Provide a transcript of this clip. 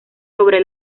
sobre